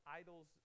idols